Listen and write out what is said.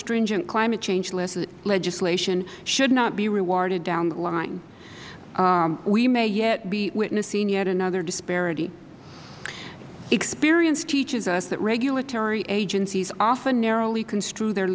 stringent climate change legislation should not be rewarded down the line we may yet be witnessing yet another disparity experience teaches us that regulatory agencies often narrowly construe the